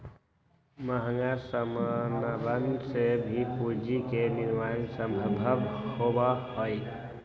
महंगा समनवन से भी पूंजी के निर्माण सम्भव होबा हई